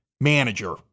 manager